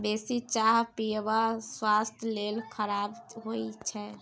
बेसी चाह पीयब स्वास्थ्य लेल खराप होइ छै